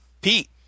Pete